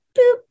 boop